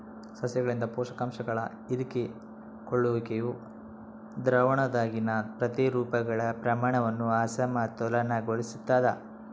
ಸಸ್ಯಗಳಿಂದ ಪೋಷಕಾಂಶಗಳ ಹೀರಿಕೊಳ್ಳುವಿಕೆಯು ದ್ರಾವಣದಾಗಿನ ಪ್ರತಿರೂಪಗಳ ಪ್ರಮಾಣವನ್ನು ಅಸಮತೋಲನಗೊಳಿಸ್ತದ